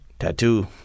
tattoo